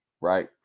right